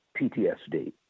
PTSD